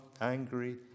angry